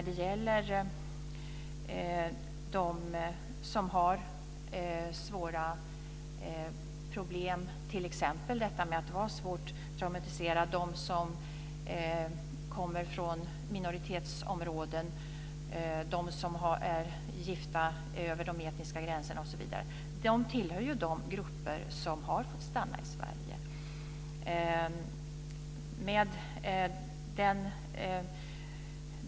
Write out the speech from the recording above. De som har svåra problem - t.ex. de som är svårt traumatiserade, de som kommer från minoritetsområden, de som är gifta över de etniska gränserna osv. - tillhör ju de grupper som har fått stanna i Sverige.